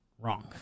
Wrong